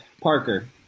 Parker